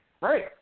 Right